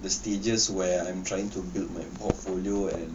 the stages where I'm trying to build my portfolio and